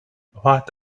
what